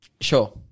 Sure